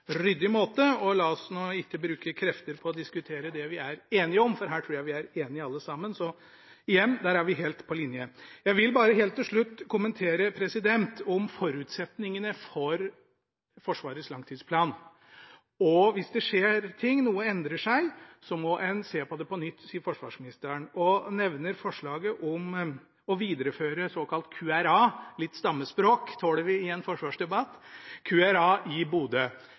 ryddig måte. La oss nå ikke bruke krefter på å diskutere det vi er enige om, for her tror jeg vi er enige alle sammen. Så igjen: Der er vi helt på linje. Jeg vil bare helt til slutt kommentere forutsetningene for Forsvarets langtidsplan. Hvis det skjer ting, noe endrer seg, sier forsvarsministeren at en må se på det på nytt, og hun nevner forslaget om å videreføre såkalt QRA i Bodø – litt stammespråk tåler vi i en forsvarsdebatt.